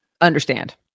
understand